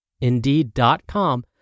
Indeed.com